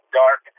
dark